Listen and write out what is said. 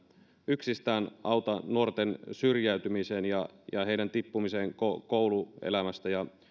yksistään auta nuorten syrjäytymiseen ja ja tippumiseen kouluelämästä ja